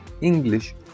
English